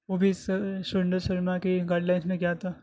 وہ بھی سر سریندر شرما کی گائڈ لائنس میں کیا تھا